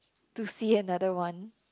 to see another one